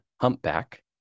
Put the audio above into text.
humpback